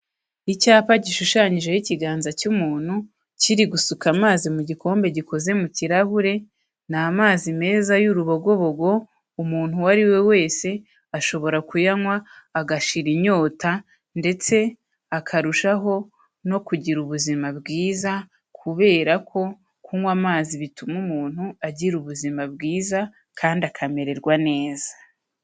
Icyapa gishushanyijeho ikiganza cy'umuntu kiri gusuka amazi mu gikombe gikoze mu kirahure. Ni amazi meza y'urubogobogo, umuntu uwo ari we wese ashobora kuyanywa agashira inyota, ndetse akarushaho no kugira ubuzima bwiza, kubera ko kunywa amazi bituma umuntu agira ubuzima bwiza kandi akamererwa neza.